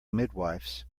midwifes